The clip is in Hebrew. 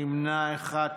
נמנע אחד.